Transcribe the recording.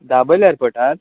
दोबोले एअरपोटार